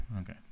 Okay